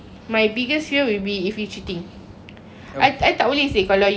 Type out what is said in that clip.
I I tak boleh seh kalau you cheat I cannot like if you cheat like